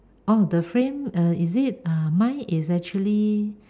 oh the frame err is it uh mine is actually